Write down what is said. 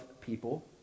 people